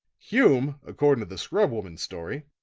hume, according to the scrub-woman's story,